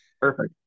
perfect